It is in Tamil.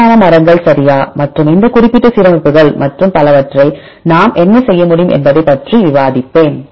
பரிணாம மரங்கள் சரியா மற்றும் இந்த குறிப்பிட்ட சீரமைப்புகள் மற்றும் பலவற்றை நாம் என்ன செய்ய முடியும் என்பதை பற்றி விவாதிப்பேன்